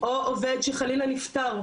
או עובד שחלילה נפטר,